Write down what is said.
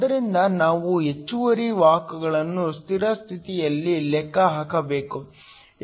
ಆದ್ದರಿಂದ ನಾವು ಹೆಚ್ಚುವರಿ ವಾಹಕಗಳನ್ನು ಸ್ಥಿರ ಸ್ಥಿತಿಯಲ್ಲಿ ಲೆಕ್ಕ ಹಾಕಬೇಕು